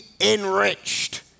enriched